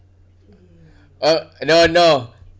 uh no no